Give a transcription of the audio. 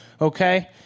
Okay